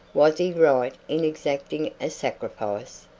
was he right in exacting a sacrifice?